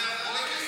זה הרבה כסף.